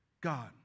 God